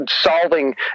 solving